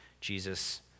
Jesus